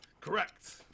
Correct